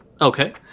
okay